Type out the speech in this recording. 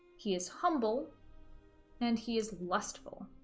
he is humble and he is lustful